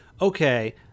okay